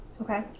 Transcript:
okay